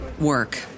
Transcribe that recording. work